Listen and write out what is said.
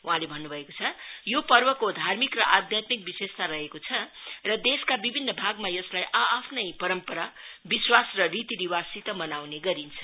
वहाँले भन्नुभएको छ यो पर्वको धार्मिक र आधात्मिक वेशेषता रहेको छ र देशका विभिन्न भागमा यसलाई आ आफ्नै परम्परा विश्वास र रीतिरिवाज सित मनाउने गरिन्छ